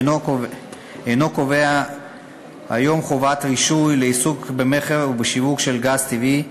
אינו קובע היום חובת רישוי לעיסוק במכר ובשיווק של גז טבעי,